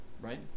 Right